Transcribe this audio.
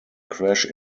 crash